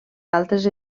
altres